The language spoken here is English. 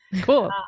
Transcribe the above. cool